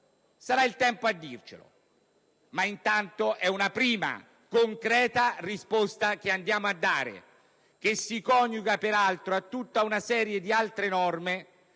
Sarà il tempo a dircelo ma, intanto, è una prima concreta risposta che andiamo a dare e che si coniuga, peraltro, a tutta una serie di altre norme